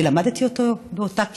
אני למדתי איתו באותה כיתה,